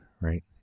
right